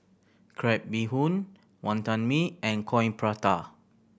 crab bee hoon Wonton Mee and Coin Prata